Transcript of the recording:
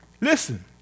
Listen